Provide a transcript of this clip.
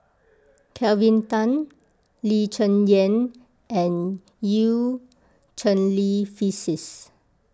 Kelvin Tan Lee Cheng Yan and Eu Cheng Li Phyllis